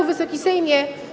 Wysoki Sejmie!